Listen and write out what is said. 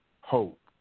Hope